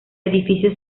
edificio